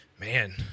Man